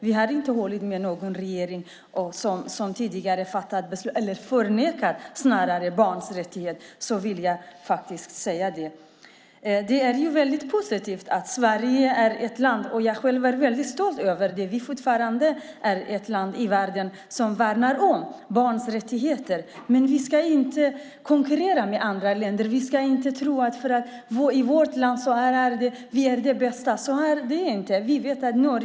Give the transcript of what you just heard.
Vi har inte hållit med någon tidigare regering som förnekat barns rättigheter; det vill jag ha sagt. Det är väldigt positivt - jag är väldigt stolt över det - att Sverige fortfarande är ett land som värnar om barns rättigheter. Men vi ska inte konkurrera med andra länder. Vi ska inte tro att vårt land är bäst, för så är det inte.